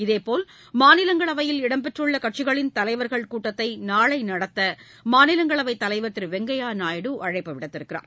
இதேபோல் மாநிலங்களவையில் இடம்பெற்றுள்ளகட்சிகளின் தலைர்கள் கூட்டத்தைநாளைநடத்தமாநிலங்களவைத் தலைவர் திருவெங்கையாநாயுடு அழைப்பு விடுத்துள்ளார்